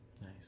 Nice